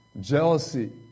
jealousy